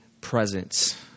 presence